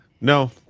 No